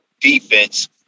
defense